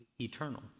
eternal